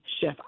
Chef